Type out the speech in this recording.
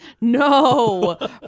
No